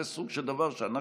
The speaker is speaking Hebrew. זה סוג של דבר שאנחנו,